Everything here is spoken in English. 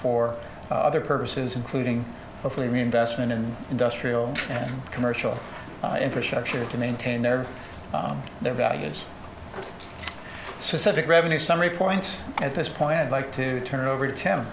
for other purposes including hopefully reinvestment in industrial and commercial infrastructure to maintain their their values specific revenue summary points at this point i'd like to turn over ten